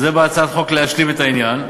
בשביל זה באה הצעת החוק, להשלים את העניין,